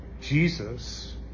Jesus